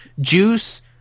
Juice